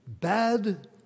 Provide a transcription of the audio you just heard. bad